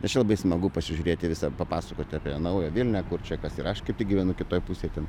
nes čia labai smagu pasižiūrėti visą papasakoti apie naują vilnią kur čia kas ir aš kaip tik gyvenu kitoje pusėj ten